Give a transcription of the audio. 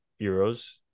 euros